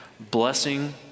blessing